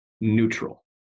neutral